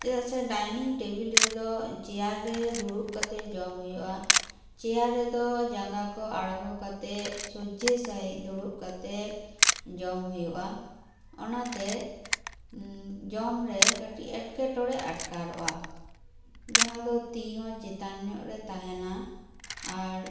ᱪᱮᱫᱟᱜ ᱥᱮ dining table ᱨᱮᱫᱚ ᱪᱮᱭᱟᱨ ᱨᱮ ᱫᱩᱲᱩᱵ ᱠᱟᱛᱮᱫ ᱡᱚᱢ ᱦᱩᱭᱩᱜᱼᱟ ᱪᱮᱭᱟᱨ ᱨᱮᱫᱚ ᱡᱟᱸᱜᱟ ᱠᱚ ᱟᱲᱜᱚ ᱠᱟᱛᱮᱫ ᱥᱚᱡᱷᱮ ᱥᱟᱺᱦᱤᱡ ᱫᱩᱲᱩᱵ ᱠᱟᱛᱮᱫ ᱡᱚᱢ ᱦᱩᱭᱩᱜᱼᱟ ᱚᱱᱟ ᱛᱮ ᱡᱚᱢ ᱨᱮ ᱠᱟᱹᱴᱤᱡ ᱮᱴᱠᱮᱴᱚᱲᱮ ᱟᱴᱠᱟᱨᱚᱜᱼᱟ ᱡᱟᱦᱟᱸ ᱫᱚ ᱛᱤ ᱦᱚᱸ ᱪᱮᱛᱟᱱ ᱧᱚᱜ ᱨᱮ ᱛᱟᱦᱮᱱᱟ ᱟᱨ